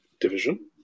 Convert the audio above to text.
Division